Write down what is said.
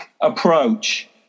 approach